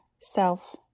Self